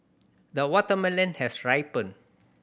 the watermelon has ripened